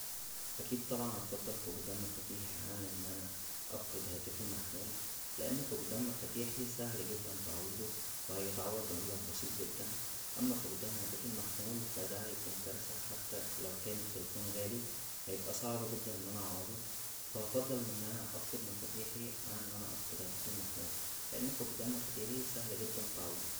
اكيد طبعا هفضل فقدان مفاتيحى عن ان انا افقد هاتفى المحمول لان فقدان مفاتيحى سهل جدا تعويضه و هيتعوض بمبلغ بسيط جدا اما فقدان هاتفى المحمول فا دا هيكون كارثه حتى لو كان التليفون غالى هيبقى صعب دا ان انا اعوضه فا افضل ان انا افقد مفاتيحى عن ان انا افقد هاتفى المحمول لان فقدان مفاتيحى سهل جدا تعويضه